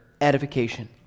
edification